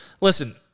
Listen